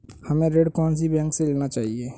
हमें ऋण कौन सी बैंक से लेना चाहिए?